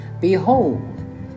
behold